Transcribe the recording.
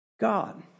God